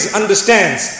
understands